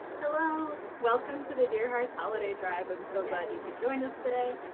hello! welcome to the dear hearts holiday drive, i'm so glad you could join us today.